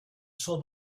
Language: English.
saw